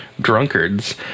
drunkards